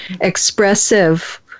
expressive